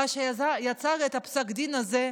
ואז כשפסק הדין הזה יצא,